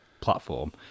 platform